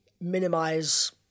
minimize